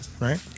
Right